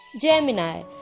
Gemini